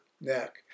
neck